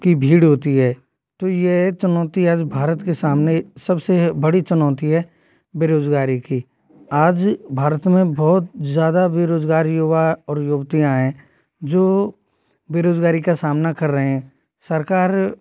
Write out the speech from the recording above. कि भीड़ होती है तो यह चुनौती आज भारत के सामने सबसे बड़ी चुनौती है बेरोज़गारी की आज भारत में बहुत ज़्यादा बेरोज़गार युवा और युवतियाँ हैं जो बेरोज़गारी का सामना कर रहे हैं सरकार